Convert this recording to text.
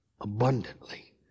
abundantly